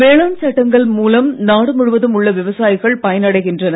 வேளாண் சட்டங்கள் மூலம் நாடு முழுவதும் உள்ள விவசாயிகள் பயன் அடைகின்றனர்